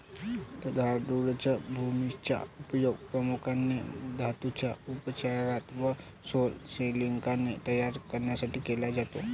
तांदळाच्या भुशाचा उपयोग प्रामुख्याने धातूंच्या उपचारात व सौर सिलिकॉन तयार करण्यासाठी केला जातो